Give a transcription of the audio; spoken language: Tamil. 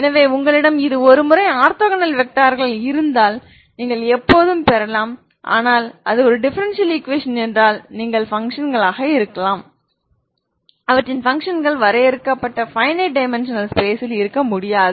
எனவே உங்களிடம் இது ஒருமுறை ஆர்த்தோகனல் வெக்டார்கள் இருந்தால் நீங்கள் எப்போதும் பெறலாம் ஆனால் அது ஒரு டிஃபரெண்சியல் ஈகுவேஷன் என்றால் தீர்வுகள் பங்க்ஷன்களாக இருக்கலாம் அவற்றின் பங்க்ஷன்கள் வரையறுக்கப்பட்ட பைனைட் டைமென்ஷனல் ஸ்பேஸ் ல் இருக்க முடியாது